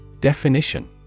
Definition